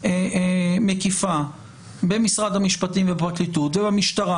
מקיפה במשרד המשפטים ובפרקליטות ובמשטרה.